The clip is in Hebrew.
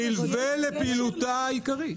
נלווה לפעילותה העיקרית.